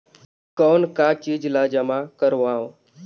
कौन का चीज ला जमा करवाओ?